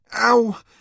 Ow